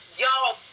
y'all